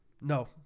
No